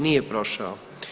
Nije prošao.